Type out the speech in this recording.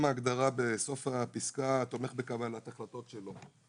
הגדרה בסוף הפסקה, "התומך בקבלת החלטות שלו".